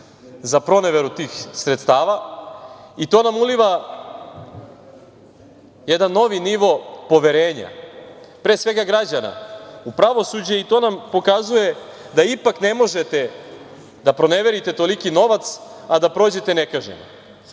za proneveru tih sredstava i to nam uliva jedan novi nivo poverenja, pre svega građana u pravosuđe i to nam pokazuje da ipak ne možete da proneverite toliki novac, a da prođete nekažnjeno. Da